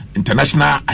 international